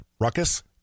ruckus